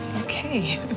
Okay